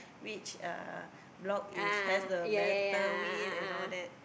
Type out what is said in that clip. which uh block is has the better wind and all that